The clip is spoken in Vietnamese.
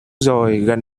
rồi